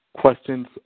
questions